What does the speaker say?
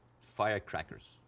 firecrackers